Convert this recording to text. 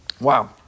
Wow